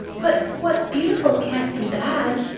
but what's beautiful can't be bad.